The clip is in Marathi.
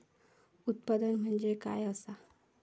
उत्पादन म्हणजे काय असा?